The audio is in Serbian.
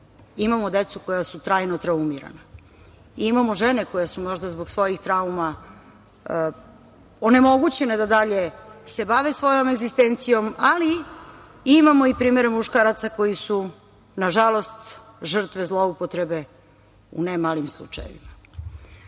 imamo decu koja su trajno traumirana, imamo žene koje su možda zbog svojih trauma onemogućene da se dalje bave svojom egzistencijom, ali imamo i primere muškaraca koji su, nažalost, žrtve zloupotrebe u ne malom broju